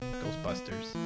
Ghostbusters